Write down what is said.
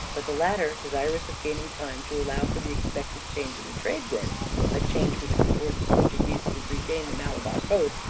but the latter, desirous of gaining time to allow for the expected change in the trade-wind a change which would force the portuguese to regain the malabar coast,